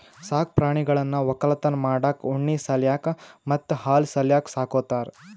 ಸಾಕ್ ಪ್ರಾಣಿಗಳನ್ನ್ ವಕ್ಕಲತನ್ ಮಾಡಕ್ಕ್ ಉಣ್ಣಿ ಸಲ್ಯಾಕ್ ಮತ್ತ್ ಹಾಲ್ ಸಲ್ಯಾಕ್ ಸಾಕೋತಾರ್